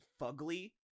fugly